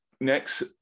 next